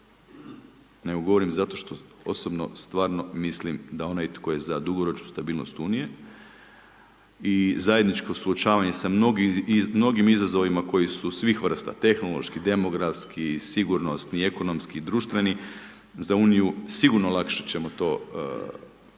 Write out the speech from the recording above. nego govorim zato što osobno stvarno mislim da onaj tko je za dugoročnu stabilnost Unije i zajedničko suočavanje sa mnogim izazovima koji su svih vrsta, tehnološki, demografski, sigurnosni, ekonomski, društveni, za Uniju sigurno lakše ćemo to s tim